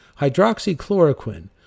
hydroxychloroquine